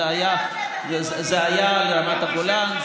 זה היה על רמת הגולן,